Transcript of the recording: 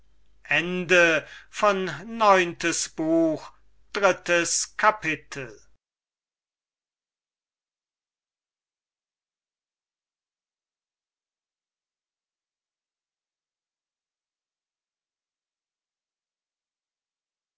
neuntes buch erstes kapitel